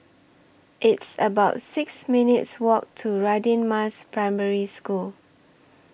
It's about six minutes' Walk to Radin Mas Primary School